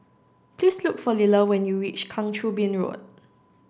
please look for Liller when you reach Kang Choo Bin Road